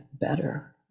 better